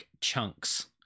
chunks